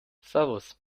servus